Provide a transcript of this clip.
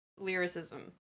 lyricism